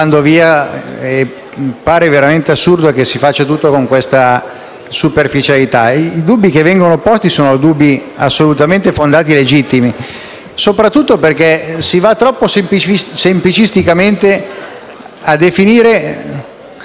I dubbi che vengono posti sono assolutamente fondati e legittimi, soprattutto perché si va troppo semplicisticamente a definire ciò che è alimentazione e ciò che invece è cura.